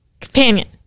companion